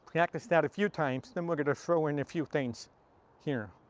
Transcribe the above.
practice that a few times. then we're gonna throw in a few things here.